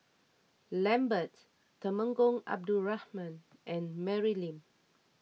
Lambert Temenggong Abdul Rahman and Mary Lim